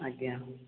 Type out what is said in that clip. ଆଜ୍ଞା